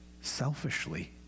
selfishly